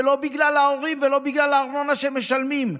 ולא בגלל ההורים ולא בגלל הארנונה שמשלמים,